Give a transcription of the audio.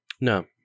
No